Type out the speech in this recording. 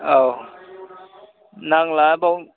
औ नांला बाव